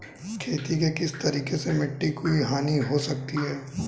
खेती के किस तरीके से मिट्टी की हानि हो सकती है?